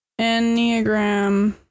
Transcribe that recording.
Enneagram